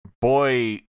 Boy